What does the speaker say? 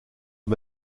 aux